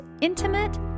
intimate